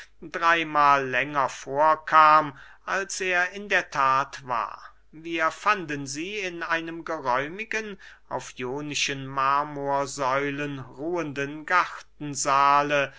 dreymahl länger vorkam als er in der that war wir fanden sie in einem geräumigen auf ionischen marmorsäulen ruhenden